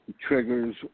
triggers